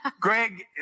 Greg